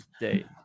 day